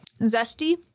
zesty